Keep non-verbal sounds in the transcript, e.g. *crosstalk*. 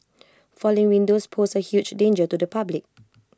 *noise* falling windows pose A huge danger to the public